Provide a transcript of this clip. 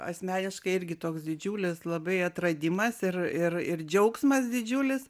asmeniškai irgi toks didžiulis labai atradimas ir ir ir džiaugsmas didžiulis